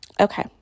Okay